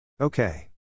Okay